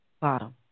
Bottom